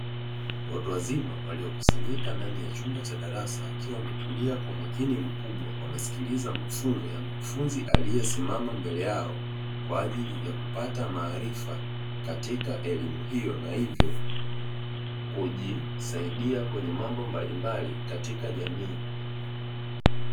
Watu wazima waliokusanyika ndani ya chumba cha darasa wakiwa wametulia kwa makini mkubwa wanasikiliza mafunzo ya mkufunzi aliyesimama mbele yao, kwa ajili ya kupata maarifa katika elimu hiyo na hivyo kujisaidia kwenye mambo mbalimbali katika jamii.